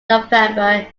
november